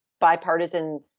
bipartisan